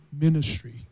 ministry